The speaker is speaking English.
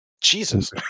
Jesus